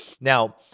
Now